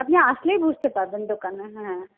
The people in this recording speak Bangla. আপনি আসলেই বুঝতে পারবেন দোকানে হ্যাঁ